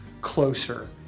closer